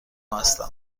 هستم